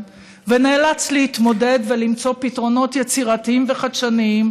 ונאלץ להתמודד ולמצוא פתרונות יצירתיים וחדשניים,